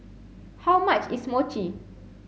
how much is Mochi